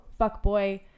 fuckboy